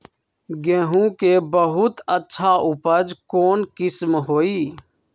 गेंहू के बहुत अच्छा उपज कौन किस्म होई?